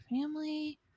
Family